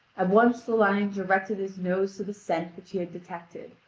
at once the lion directed his nose to the scent which he had detected,